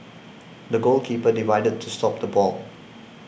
the goalkeeper dived to stop the ball